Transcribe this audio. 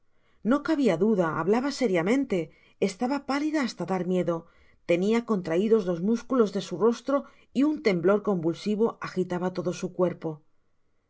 no cabia duda hablaba sériamenle estaba pálida has ta dar miedo tenia contraidos los musculos de su rostro y un temblor convulsivo agitaba todo su cuerpo